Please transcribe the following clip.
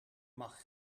mag